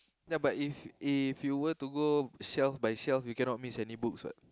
ya but if if you were to go shelf by shelf you cannot miss any books what